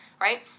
right